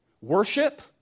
worship